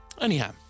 Anyhow